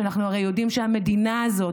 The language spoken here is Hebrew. שאנחנו הרי יודעים שהמדינה הזאת,